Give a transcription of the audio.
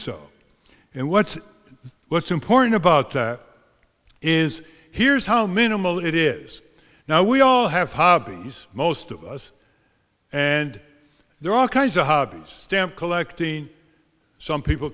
so and what's what's important about that is here's how minimal it is now we all have hobbies most of us and they're all kinds of hobbies stamp collecting some people